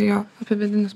jo apie vidinius